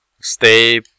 stay